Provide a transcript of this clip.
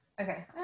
okay